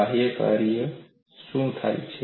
બાહ્ય કાર્ય શું થાય છે